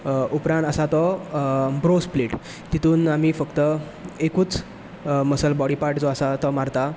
उपरांत आसा तो ब्रो स्प्लिट तितून आमी फक्त एकूच मसल बोडी पार्ट जो आसा तो मारता